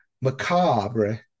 Macabre